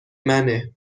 منه